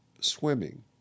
swimming